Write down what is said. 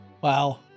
Wow